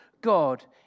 God